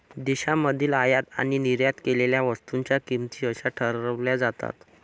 देशांमधील आयात आणि निर्यात केलेल्या वस्तूंच्या किमती कशा ठरवल्या जातात?